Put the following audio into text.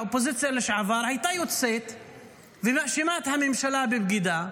האופוזיציה לשעבר הייתה יוצאת ומאשימה את הממשלה בבגידה,